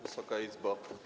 Wysoka Izbo!